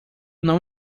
não